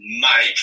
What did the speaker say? Mike